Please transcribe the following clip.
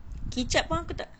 kicap pun aku tak